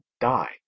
die